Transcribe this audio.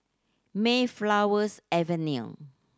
Mayflower's Avenue